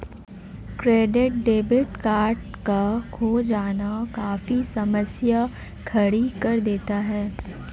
credit debit card का खो जाना काफी समस्या खड़ी कर देता है